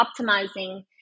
optimizing